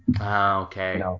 Okay